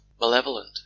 malevolent